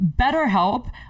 BetterHelp